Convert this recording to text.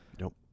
Nope